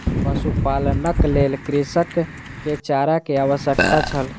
पशुपालनक लेल कृषक के चारा के आवश्यकता छल